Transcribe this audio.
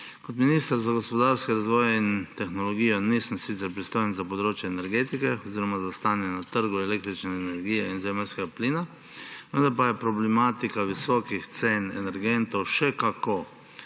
Kot minister za gospodarski razvoj in tehnologijo sicer nisem pristojen za področje energetike oziroma za stanje na trgu električne energije in zemeljskega plina, vendar pa je problematika visokih cen energentov še kako